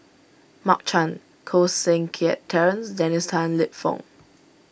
Mark Chan Koh Seng Kiat Terence and Dennis Tan Lip Fong